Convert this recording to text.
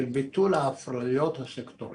של ביטול האפליות הסקטוריאליות.